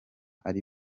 ari